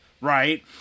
Right